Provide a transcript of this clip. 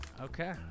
Okay